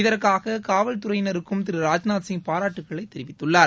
இதற்காக காவல் துறையிருனருக்கும் திரு ராஜ்நாத்சிங் பாராட்டுக்களை தெரிவித்துள்ளார்